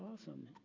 awesome